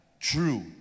true